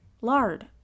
lard